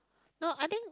no I think